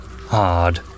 hard